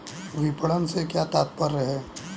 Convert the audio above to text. विपणन से क्या तात्पर्य है?